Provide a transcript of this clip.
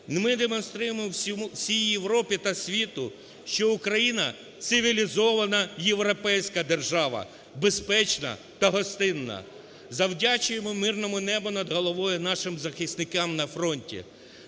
ми демонструємо всій Європі та світу, що Україна цивілізована європейська держава, безпечна та гостинна. Завдячуємо мирному небу над головою нашим захисникам на фронті,